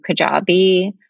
Kajabi